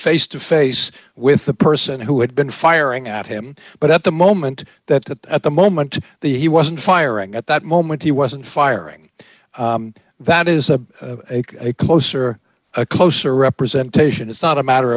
face to face with the person who had been firing at him but at the moment that at the moment the he wasn't firing at that moment he wasn't firing that is a closer a closer representation it's not a matter